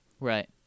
Right